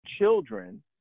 children